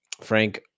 Frank